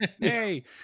Hey